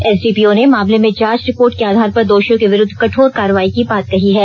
SDPO ने मामले में जांच रिपोर्ट के आधार पर दोषियों के विरुद्ध कठोर कार्रवाई की बात कही है